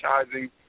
advertising